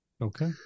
Okay